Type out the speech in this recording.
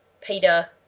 Peter